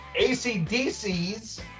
ACDC's